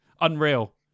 unreal